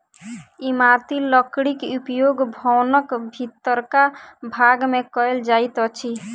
इमारती लकड़ीक उपयोग भवनक भीतरका भाग मे कयल जाइत अछि